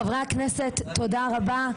חברי הכנסת, תודה רבה.